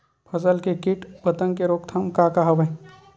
फसल के कीट पतंग के रोकथाम का का हवय?